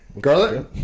Garlic